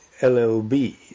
LLB